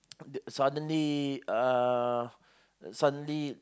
the suddenly uh suddenly